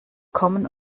kommen